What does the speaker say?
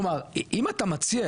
כלומר אם אתה מציע,